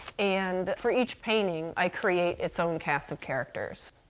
and for each painting, i create its own cast of characters.